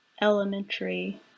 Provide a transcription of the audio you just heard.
Elementary